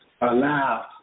Allow